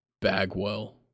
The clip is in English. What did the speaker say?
Bagwell